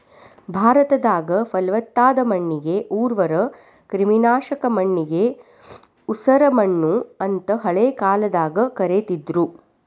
ಭಾರತದಾಗ, ಪಲವತ್ತಾದ ಮಣ್ಣಿಗೆ ಉರ್ವರ, ಕ್ರಿಮಿನಾಶಕ ಮಣ್ಣಿಗೆ ಉಸರಮಣ್ಣು ಅಂತ ಹಳೆ ಕಾಲದಾಗ ಕರೇತಿದ್ರು